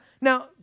now